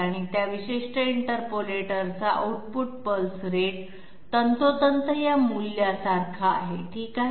आणि त्या विशिष्ट इंटरपोलेटरचा आउटपुट पल्स रेट तंतोतंत या मूल्य सारखा आहे ठीक आहे